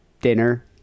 dinner